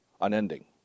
Unending